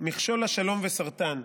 'מכשול לשלום' ו'סרטן'.